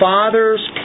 Father's